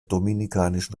dominikanischen